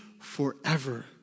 forever